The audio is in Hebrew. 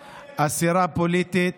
פוליטית.